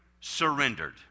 surrendered